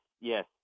yes